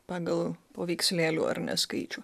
pagal paveikslėlių ar ne skaičių